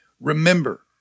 remember